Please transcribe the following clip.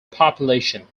population